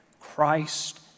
Christ